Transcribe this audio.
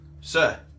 Sir